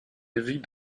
avis